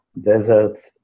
deserts